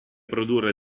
produrre